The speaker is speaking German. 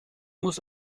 muss